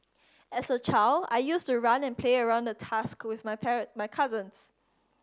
as a child I used to run and play around the tusk school with my parent my cousins